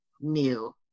new